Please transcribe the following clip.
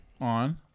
On